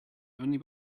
only